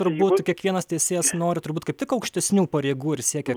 turbūt kiekvienas teisėjas nori turbūt kaip tik aukštesnių pareigų ir siekia